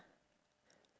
ya